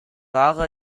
wahre